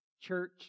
church